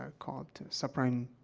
ah called suffering